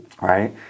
right